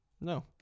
No